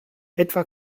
etwa